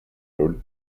rule